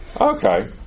okay